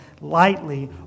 lightly